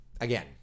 Again